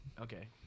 Okay